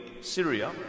Syria